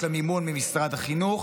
יש לה מימון ממשרד החינוך,